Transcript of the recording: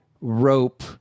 rope